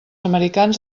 americans